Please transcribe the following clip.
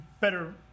better